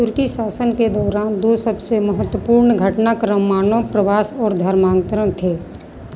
तुर्की शासन के दौरान दो सबसे महत्वपूर्ण घटनाक्रम मानव प्रवास और धर्मांतरण थे